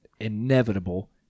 inevitable